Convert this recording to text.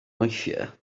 weithiau